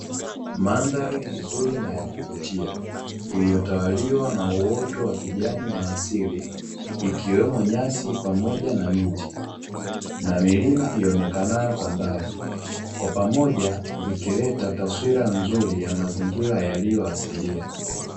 Mandhari nzuri na ya kuvutia, iliyotawaliwa na uoto wa kijani wa asili, ikiwemo nyasi pamoja na miti na milima ionekanayo kwa mbali, kwa pamoja vikileta taswira nzuri ya mazingira yaliyoasilia.